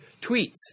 Tweets